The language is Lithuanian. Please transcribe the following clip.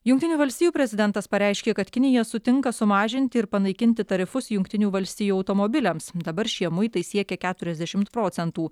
jungtinių valstijų prezidentas pareiškė kad kinija sutinka sumažinti ir panaikinti tarifus jungtinių valstijų automobiliams dabar šie muitai siekia keturiasdešimt procentų